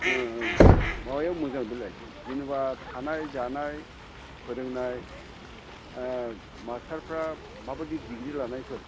माबायाव मोजां बेलाय जेनेबा थानाय जानाय फोरोंनाय मास्टारफोरा माबायदि दिग्रि लानायफोर